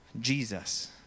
Jesus